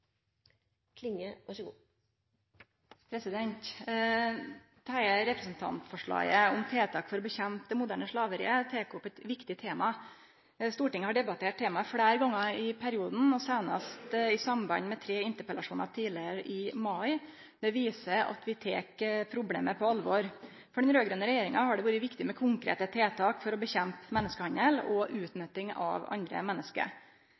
innlegg, og at de som måtte tegne seg på talerlisten utover den fordelte taletid, også får en taletid på inntil 3 minutter. – Det anses vedtatt. Dette representantforslaget, om tiltak for «å bekjempe det moderne slaveriet», tek opp eit viktig tema. Stortinget har debattert temaet fleire gonger i perioden, og seinast i samband med tre interpellasjonar sist i april. Det viser at vi tek problemet på alvor. For den raud-grøne regjeringa har det vore viktig